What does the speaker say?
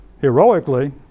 heroically